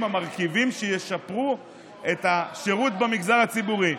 המרכיבים שישפרו את השירות במגזר הציבורי.